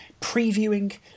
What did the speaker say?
previewing